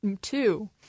two